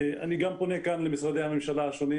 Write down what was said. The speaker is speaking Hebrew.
אני גם פונה מכאן למשרד הממשלה השונים,